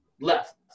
left